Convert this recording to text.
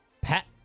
Pat